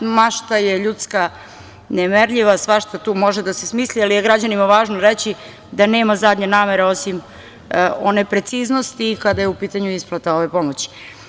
Mašta je ljudska nemerljiva, svašta tu može da se smisli, ali je građanima važno reći da nema zadnje namere osim one preciznosti kada je u pitanju isplata ove pomoći.